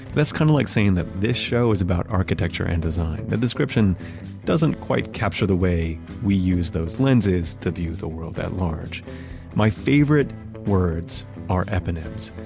that's kind of like saying that this show is about architecture and design. the description doesn't quite capture the way we use those lenses to view the world at large my favorite words are eponyms.